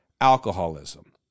alcoholism